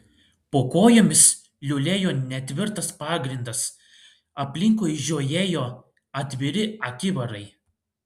po kojomis liulėjo netvirtas pagrindas aplinkui žiojėjo atviri akivarai